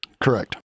Correct